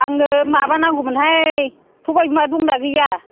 आंनो माबा नांगौमोनहाय सबाय बिमा दंना गैया